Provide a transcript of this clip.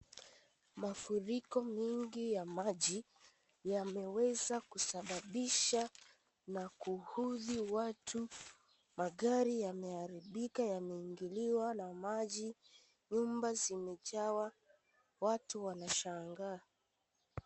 Mafuriko mingi ya maji yameweza kusababisha na kuhudhi watu . magari yamearibiwa yameingiliwa na maji, nyumba zimejawa. Watu wameshangaa.